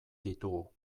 ditugu